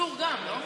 ומנסור גם, לא?